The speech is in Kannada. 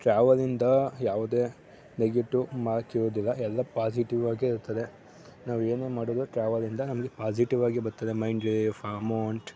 ಟ್ರಾವಲಿಂದ ಯಾವುದೇ ನೆಗೆಟಿವ್ ಮಾರ್ಕ್ ಇರೋದಿಲ್ಲ ಎಲ್ಲ ಪಾಸಿಟಿವ್ ಆಗೇ ಇರ್ತದೆ ನಾವು ಏನೇ ಮಾಡಿದ್ರು ಟ್ರಾವಲಿಂದ ನಮಗೆ ಪಾಸಿಟಿವ್ ಆಗೇ ಬರ್ತದೆ ಮೈಂಡ್ ಅಮೌಂಟ್